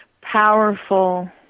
powerful